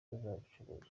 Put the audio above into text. bacuruzwa